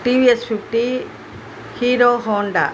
TVS fifty Hero Honda